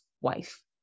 wife